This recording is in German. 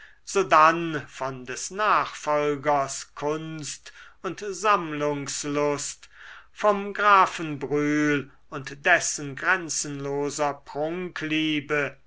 sodann von des nachfolgers kunst und sammlungslust vom grafen brühl und dessen grenzenloser prunkliebe